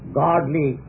godly